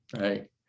right